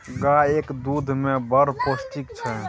गाएक दुध मे बड़ पौष्टिक छै